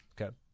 Okay